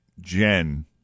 Jen